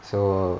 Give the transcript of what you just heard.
so